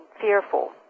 fearful